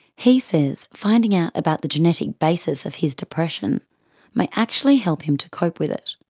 he says finding out about the genetic basis of his depression may actually help him to cope with it.